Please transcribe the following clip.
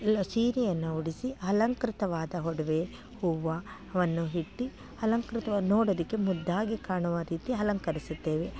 ಎಲ್ಲ ಸೀರೆಯನ್ನು ಉಡಿಸಿ ಅಲಂಕೃತವಾದ ಒಡವೆ ಹೂವು ವನ್ನು ಇಟ್ಟು ಅಲಂಕೃತವ ನೋಡೋದಿಕ್ಕೆ ಮುದ್ದಾಗಿ ಕಾಣುವ ರೀತಿ ಅಲಂಕರಿಸುತ್ತೇವೆ